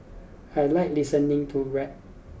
I like listening to rap